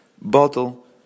bottle